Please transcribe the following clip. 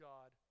God